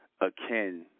akin